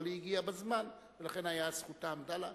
אבל היא הגיעה בזמן ולכן זכותה עמדה לה.